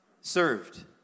served